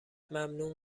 ممنون